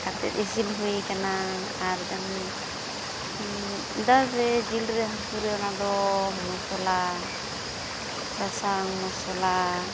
ᱠᱟᱛᱮᱫ ᱤᱥᱤᱱ ᱦᱩᱭ ᱟᱠᱟᱱᱟ ᱟᱨ ᱡᱚᱢ ᱫᱟᱹᱞ ᱨᱮ ᱡᱤᱞ ᱨᱮ ᱦᱟᱠᱩᱨᱮ ᱚᱱᱟ ᱫᱚᱻ ᱢᱚᱥᱞᱟ ᱥᱟᱥᱟᱝ ᱢᱚᱥᱞᱟ